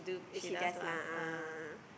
is she just lah ah